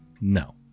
No